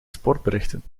sportberichten